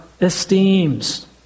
esteems